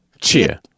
cheer